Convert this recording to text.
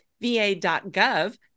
va.gov